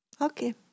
Okay